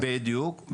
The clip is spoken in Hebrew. בדיוק.